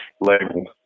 label